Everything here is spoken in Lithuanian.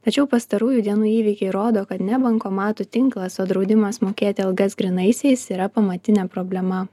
tačiau pastarųjų dienų įvykiai rodo kad ne bankomatų tinklas o draudimas mokėti algas grynaisiais yra pamatinė problema